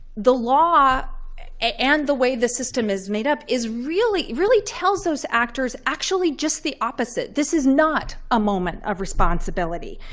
the law and the way the system is made up really really tells those actors actually just the opposite. this is not a moment of responsibility.